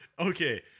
Okay